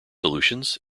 solutions